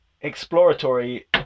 exploratory